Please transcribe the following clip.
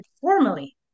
formally